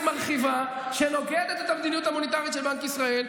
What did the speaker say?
מרחיבה שנוגדת את המדיניות המוניטרית של בנק ישראל,